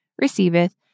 receiveth